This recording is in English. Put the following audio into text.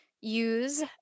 use